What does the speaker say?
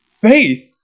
faith